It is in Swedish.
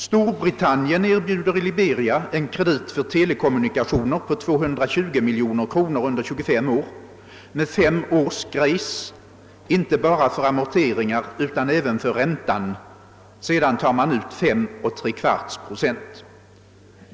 Storbritannien erbjuder i Liberia en kredit för telekommunikationer på 220 miljoner kronor under 25 år, med fem års grace inte bara för amorteringar utan även för räntan; sedan tar man ut 53/4 procent.